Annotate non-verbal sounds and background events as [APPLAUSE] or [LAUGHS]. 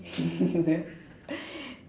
[LAUGHS]